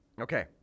Okay